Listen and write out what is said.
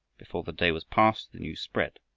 before the day was past the news spread,